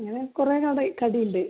അങ്ങനെ കുറേ കടൈ കടി ഉണ്ട്